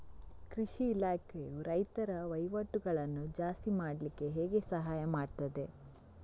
ಕೃಷಿ ಇಲಾಖೆಯು ರೈತರ ವಹಿವಾಟುಗಳನ್ನು ಜಾಸ್ತಿ ಮಾಡ್ಲಿಕ್ಕೆ ಹೇಗೆ ಸಹಾಯ ಮಾಡ್ತದೆ?